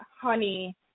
honey